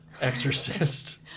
Exorcist